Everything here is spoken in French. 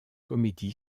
comedy